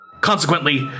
Consequently